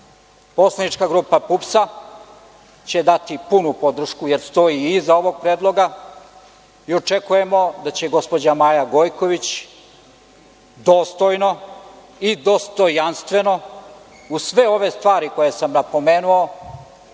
kraju. Poslanička grupa PUPS će dati punu podršku, jer stoji iza ovog predloga. Očekujemo da će gospođa Maja Gojković dostojno i dostojanstveno, uz sve ove stvari koje sam pomenuo,